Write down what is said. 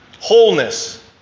wholeness